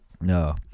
No